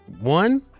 one